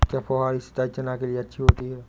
क्या फुहारी सिंचाई चना के लिए अच्छी होती है?